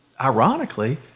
ironically